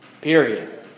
Period